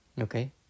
Okay